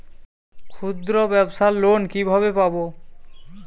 ক্ষুদ্রব্যাবসার লোন কিভাবে পাব?